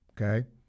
Okay